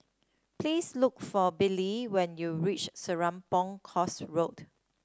please look for Billye when you reach Serapong Course Road